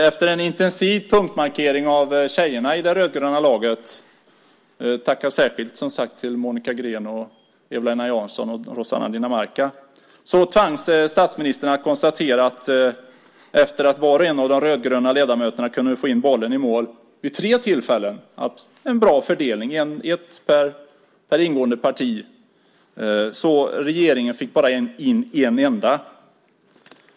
Efter en intensiv punktmarkering av tjejerna i det rödgröna laget - särskilt tack till Monica Green, Eva-Lena Jansson och Rossana Dinamarca - tvingades statsministern att konstatera att var och en av de rödgröna ledamöterna fick in bollen i mål vid tre tillfällen. Det var en bra fördelning, ett per parti som ingick. Regeringen fick bara in en enda boll.